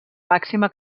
màxima